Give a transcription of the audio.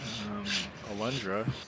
Alundra